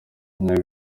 intego